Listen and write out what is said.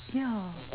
ya